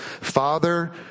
Father